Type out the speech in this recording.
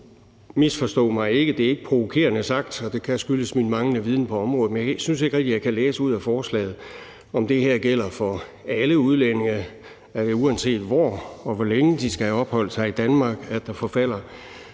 Misforstå mig ikke. Det er ikke provokerende sagt, og det kan skyldes min manglende viden på området, men jeg synes ikke rigtig, jeg kan læse ud af forslaget, om det her gælder for alle udlændinge. Er det, uanset hvor og hvor længe de skal opholde sig i Danmark, at der forfalder